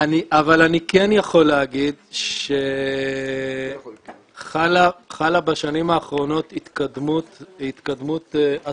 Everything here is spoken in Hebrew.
אבל אני כן יכול להגיד שחלה בשנים האחרונות התקדמות עצומה,